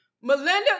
Melinda